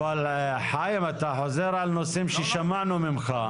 בעניין שהתוכניות שאושרו לאחר יום 14 בנובמבר 2021